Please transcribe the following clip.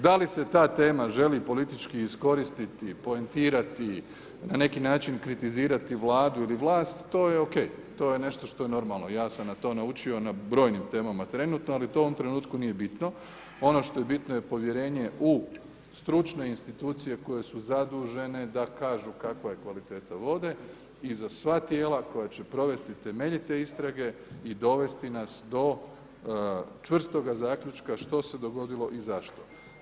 Da li se ta tema želi politički iskoristiti, poentirati, na neki način kritizirati Vladu ili vlast, to je O.K., to je nešto što je normalno, ja sam na to naučio na brojnim temama trenutno ali to u ovom trenutku nije bitno, ono što je bitno je povjerenje u stručne institucije koje su zadužene da kažu kakva je kvaliteta vode i za sva tijela koja će provesti temeljite istrage i dovesti nas do čvrstoga zaključka što se dogodilo i zašto.